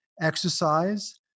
Exercise